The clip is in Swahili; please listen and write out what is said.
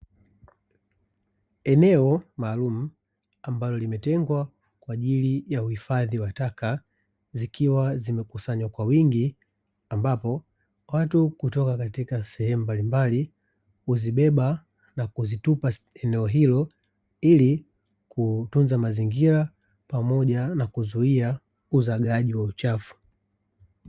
Eneo maalumu ambalo limetengwa kwa ajili ya uhifadhi wa taka zikiwa zimekusanywa kwa wingi ambapo watu kutoka katika sehemu mbalimbali kuzibeba na kuzitupa eneo hilo ili kutunza mazingira pamoja na kuzuia uzagaaji wa uchafu.